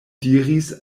diris